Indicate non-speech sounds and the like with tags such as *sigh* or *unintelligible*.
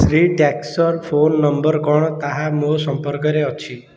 Shri *unintelligible* phone number କଣ ତାହା ମୋ ସମ୍ପର୍କରେ ଅଛି